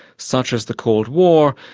such as the cold war,